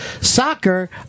Soccer